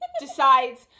decides